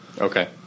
Okay